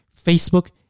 Facebook